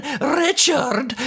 Richard